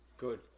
Good